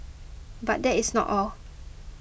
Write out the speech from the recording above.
but that is not all